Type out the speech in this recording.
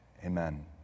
Amen